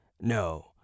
No